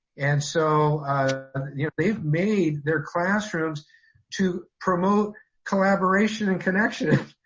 and so they've made their classrooms to promote collaboration and connection.